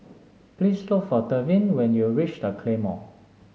please look for Tevin when you reach The Claymore